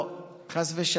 לא, חס ושלום.